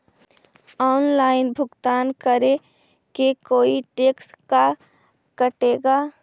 Online भुगतान करे को कोई टैक्स का कटेगा?